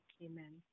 Amen